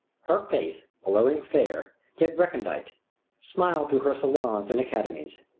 her face alluring fair yet recondite smiled through her salons and academies.